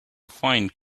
find